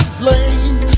blame